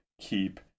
keep